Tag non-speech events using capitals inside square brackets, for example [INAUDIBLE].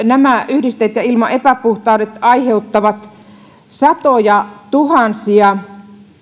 [UNINTELLIGIBLE] nämä yhdisteet ja ilman epäpuhtaudet aiheuttavat satojatuhansia